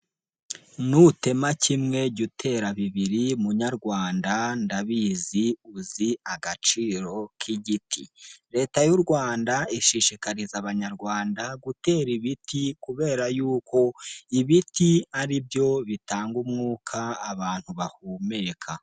Nutema kimwe jya utera bibiri munyarwanda ndabizi uzi agaciro k'igiti, Leta y'u Rwanda ishishikariza Abanyarwanda gutera ibiti kubera yuko ibiti ari byo bitanga umwuka abantu bahumeka.